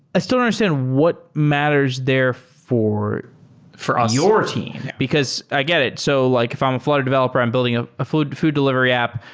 i still understand what matters there for for um your team, because i get it. so like if i'm a flutter developer, i'm building ah a food delivery app,